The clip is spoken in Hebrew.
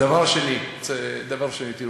דבר שני, תראו,